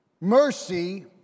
Mercy